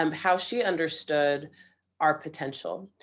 um how she understood our potential.